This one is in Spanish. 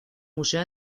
museo